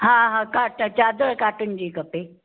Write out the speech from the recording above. हा हा कॉटन चादरु कॉटन जी खपे